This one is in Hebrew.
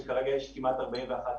אני חייב לומר בהקשר הזה: יש אצלי ערימה של